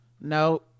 no